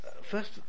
first